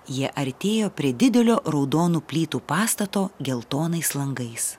jie artėjo prie didelio raudonų plytų pastato geltonais langais